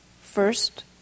first